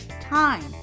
time